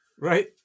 Right